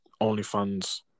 OnlyFans